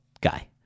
guy